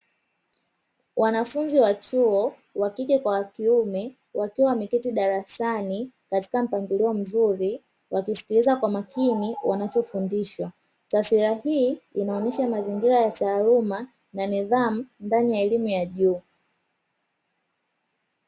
Wanafunzi wa chuo (wa kike kwa wa kiume) wakiwa wameketi darasani katika mpangilio mzuri, wakisikiliza kwa makini wanachofundishwa. Taswira hii inaonyesha mazingira ya taaluma na nidhamu ndani ya elimu ya juu.